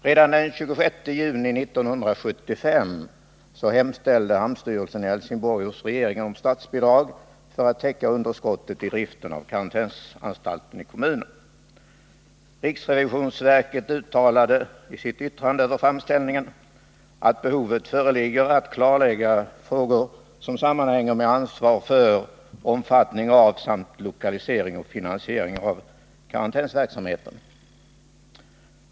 Redan den 26 juni 1975 hemställde hamnstyrelsen i Helsingborg hos regeringen om statsbidrag för att täcka underskottet i driften av karantänsanstalten i kommunen. Riksrevisionsverket uttalade i sitt yttrande över framställningen att behov av att klarlägga de frågor som sammanhänger med ansvar för, omfattning av samt lokalisering och finansiering av karantänsverksamheten förelåg.